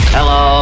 Hello